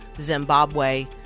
Zimbabwe